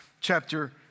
chapter